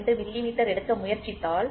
02 millimetre எடுக்க முயற்சித்தால்